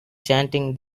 chanting